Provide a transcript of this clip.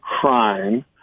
crime